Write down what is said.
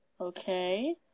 okay